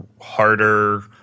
harder